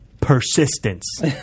persistence